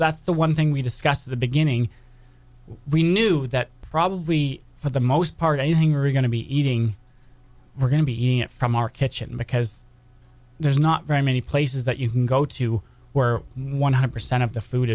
that's the one thing we discussed at the beginning we knew that probably for the most part anything are going to be eating we're going to be eating it from our kitchen because there's not very many places that you can go to where one hundred percent of the food